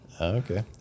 Okay